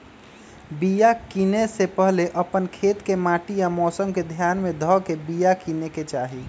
बिया किनेए से पहिले अप्पन खेत के माटि आ मौसम के ध्यान में ध के बिया किनेकेँ चाही